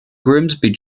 grimsby